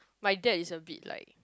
my dad is a bit like